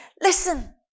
Listen